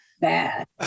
bad